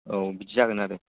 औ बिदि जागोन आरो